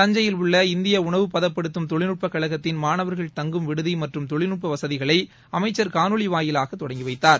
தஞ்சையில் உள்ள இந்திய உணவு பதப்படுத்தும் தொழில்நுட்பக் கழகத்தின் மாணவர்கள் தங்கும் விடுதி மற்றும் தொழில்நுட்ப வசதிகளை அமைச்சர் காணொலி வாயிலாக தொடங்கி வைத்தார்